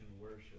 worship